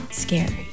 scary